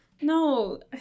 no